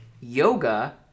yoga